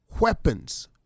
weapons